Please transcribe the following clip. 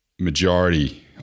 majority